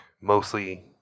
mostly